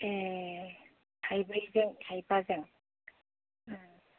ए थाइब्रैजों थाइबाजों